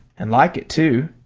and like it, too.